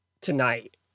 tonight